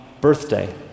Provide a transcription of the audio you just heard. birthday